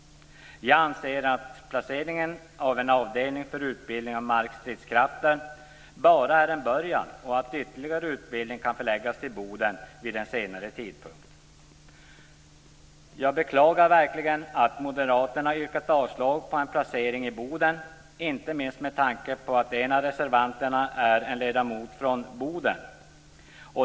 Jag anser att placeringen av en avdelning för utbildning av markstridskrafter bara är en början och att ytterligare utbildning kan förläggas till Boden vid en senare tidpunkt. Jag beklagar verkligen att Moderaterna har yrkat avslag på en placering i Boden, inte minst med tanke på att en av reservanterna är en ledamot från Boden.